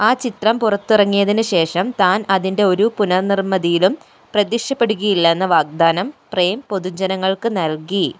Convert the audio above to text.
ആ ചിത്രം പുറത്തിറങ്ങിയതിന് ശേഷം താൻ അതിൻ്റെ ഒരു പുനർനിർമ്മതിയിലും പ്രത്യക്ഷപ്പെടുകയില്ലെന്ന വാഗ്ദാനം പ്രേം പൊതുജനങ്ങൾക്ക് നൽകി